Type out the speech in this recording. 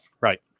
Right